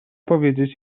powiedzieć